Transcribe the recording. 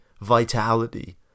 vitality